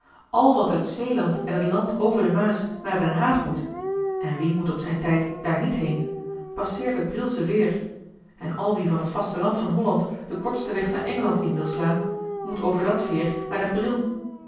al wat uit zeeland en het land over de maas naar den haag moet en wie moet op zijn tijd daar niet heen passeert het brielsche veer en al wie van t vasteland van holland den kortsten weg naar engeland in wil slaan moet over dat veer naar den briel